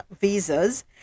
visas